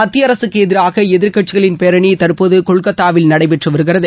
மத்திய அரசுக்கு எதிராக எதிர்க்கட்சிகளின் பேரணி தற்போது கொல்கத்தாவில் நடைபெற்று வருகிறது